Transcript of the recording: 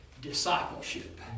discipleship